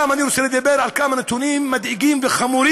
אני רוצה לדבר גם על כמה נתונים מדאיגים וחמורים.